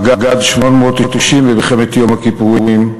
מג"ד 890 במלחמת יום הכיפורים,